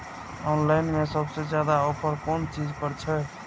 Online में सबसे ज्यादा ऑफर कोन चीज पर छे?